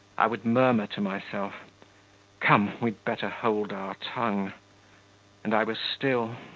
i would murmur to myself come, we'd better hold our tongue and i was still.